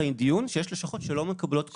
הדיון נניח שיש לשכות שלא מקבלות כלום.